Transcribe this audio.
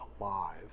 alive